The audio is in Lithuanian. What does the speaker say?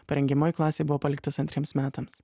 parengiamojoj klasėj buvo paliktas antriems metams